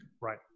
Right